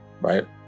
right